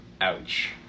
ouch